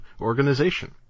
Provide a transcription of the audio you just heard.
organization